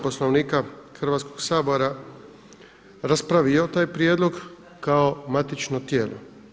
Poslovnika Hrvatskog sabora raspravio taj prijedlog kao matično tijelo.